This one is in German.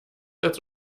als